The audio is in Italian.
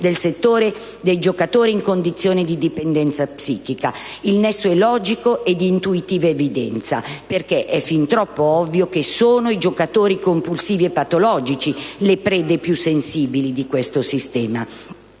Il nesso è logico e di intuitiva evidenza, perché è fin troppo ovvio che sono i giocatori compulsivi e patologici le prede più sensibili di questo sistema.